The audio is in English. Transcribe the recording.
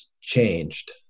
changed